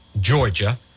Georgia